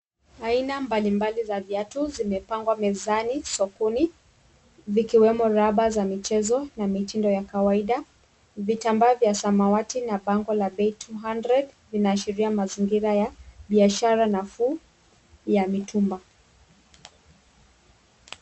Aina mbalimbali za viatu zimepangwa mezani sokoni , vikiwemo raba za michezo na mitindo ya kawaida. Vitambaa vya samawati na bango la bei 200 linaashiria mazingira ya biashara nafuu ya mitumba.